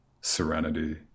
serenity